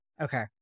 Okay